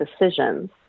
decisions